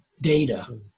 data